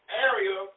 area